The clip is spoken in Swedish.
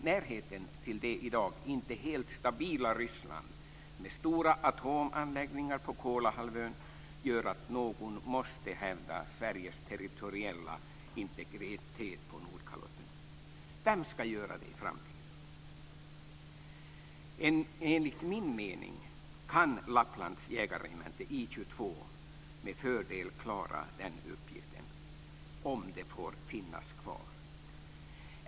Närheten till det i dag inte helt stabila Ryssland, med stora atomanläggningar på Kolahalvön, gör att någon måste hävda Sveriges territoriella integritet på Nordkalotten. Vem ska göra det i framtiden? Enligt min mening kan Lapplands jägarregemente I 22 med fördel klara uppgiften om det får finnas kvar.